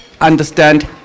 understand